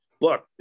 Look